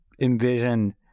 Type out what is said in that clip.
envision